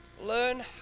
Learn